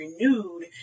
renewed